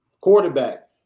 quarterback